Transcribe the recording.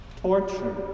torture